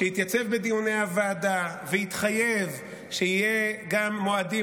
שהתייצב בדיוני הוועדה והתחייב שיהיו גם מועדים,